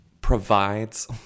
provides